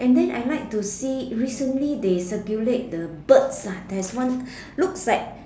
and then I like to see recently they circulate the birds ah there's one looks like